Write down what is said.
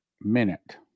minute